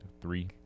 Three